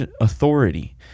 authority